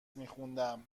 میخوندم